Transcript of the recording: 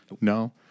No